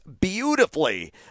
beautifully